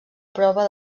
prova